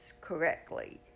correctly